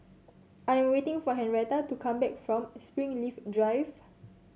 I am waiting for Henretta to come back from Springleaf Drive